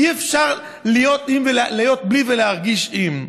אי-אפשר להיות בלי ולהרגיש עם.